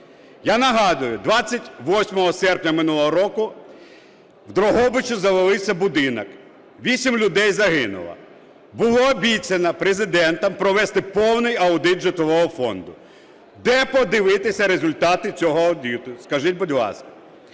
Я нагадую, 28 серпня минулого року в Дрогобичі завалився будинок, 8 людей загинуло. Було обіцяно Президентом провести повний аудит житлового фонду. Де подивитися результати цього аудиту, скажіть, будь ласка?